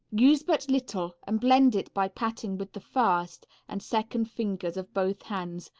use but little, and blend it by patting with the first and second fingers of both hands,